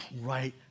right